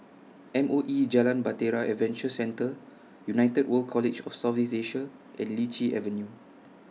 M O E Jalan Bahtera Adventure Centre United World College of South East Asia and Lichi Avenue